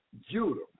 Judah